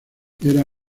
era